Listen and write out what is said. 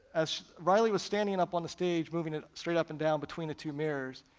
as reilly was standing up on the stage moving it straight up and down between the two mirrors,